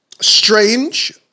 Strange